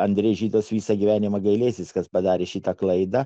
andrejus žydas visą gyvenimą gailėsis kad padarė šitą klaidą